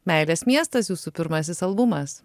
meilės miestas jūsų pirmasis albumas